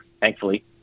thankfully